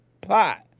pot